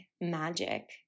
magic